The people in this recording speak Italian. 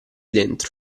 dentro